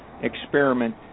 experiment